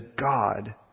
God